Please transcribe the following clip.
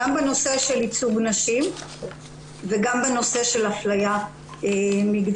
גם בנושא של ייצוג נשים וגם בנושא של אפליה מגדרית.